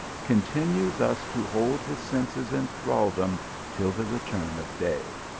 continue thus to hold his senses in thraldom till the return of day.